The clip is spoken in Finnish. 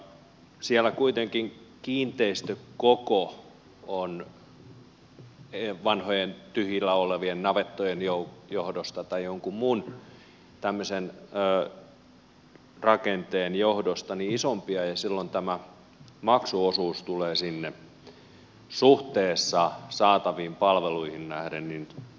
siellä kuitenkin kiinteistökoko on vanhojen tyhjillään olevien navettojen johdosta tai jonkun muun tämmöisen rakenteen johdosta isompi ja silloin tämä maksuosuus tulee sinne suhteessa saataviin palveluihin nähden suhteettoman isoksi